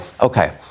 Okay